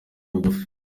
bugufi